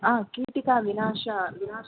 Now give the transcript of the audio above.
हा कीटिका विनाशा विनाशनार्थं